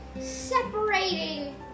separating